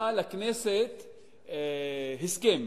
מביאה לכנסת הסכם,